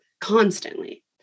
constantly